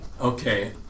Okay